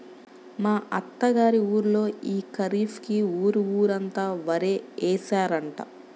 మా అత్త గారి ఊళ్ళో యీ ఖరీఫ్ కి ఊరు ఊరంతా వరే యేశారంట